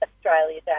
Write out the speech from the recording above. Australia